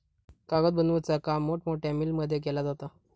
कागद बनवुचा काम मोठमोठ्या मिलमध्ये केला जाता